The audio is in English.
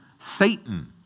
Satan